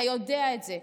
אתה יודע את זה.